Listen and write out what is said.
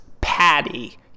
Patty